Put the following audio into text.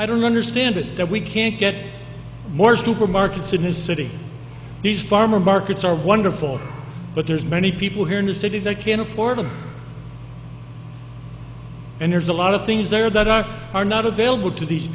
i don't understand it that we can't get more supermarkets in his city these farmers markets are wonderful but there's many people here in the city that can afford them and there's a lot of things there that are are not available to these